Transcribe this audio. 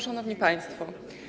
Szanowni Państwo!